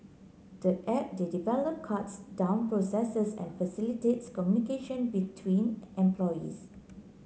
the app they develop cuts down processes and facilities communication between employees